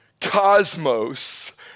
cosmos